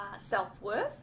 self-worth